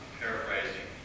paraphrasing